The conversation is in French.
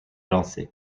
lancé